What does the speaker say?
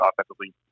offensively